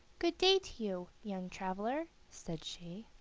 good-day to you, young traveler, said she.